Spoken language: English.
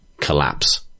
collapse